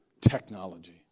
Technology